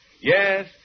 Yes